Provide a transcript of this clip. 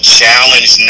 challenge